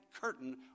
curtain